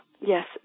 Yes